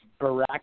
Barack